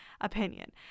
opinion